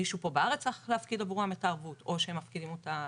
מישהו פה בארץ צריך להפקיד עבורם את הערבות או שהם מפקידים אותה